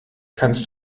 kannst